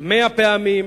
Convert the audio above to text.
מאה פעמים,